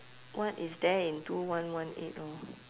what is there in two one one eight lor